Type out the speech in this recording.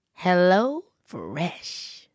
HelloFresh